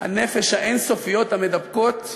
הנפש האין-סופיות, המידבקות.